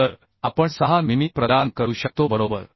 तर आपण 6 मिमी प्रदान करू शकतो बरोबर